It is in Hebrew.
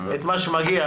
את מה שמגיע,